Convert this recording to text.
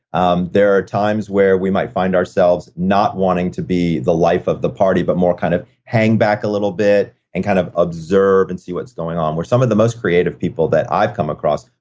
um there are times where we might find ourselves not wanting to be the life of the party, but more kind of hang back a little bit, and kind of observe and see what's going on. we're some of the most creative people that i've come across.